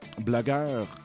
blogueur